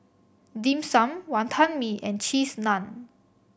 Dim Sum Wonton Mee and Cheese Naan